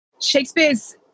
Shakespeare's